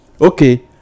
Okay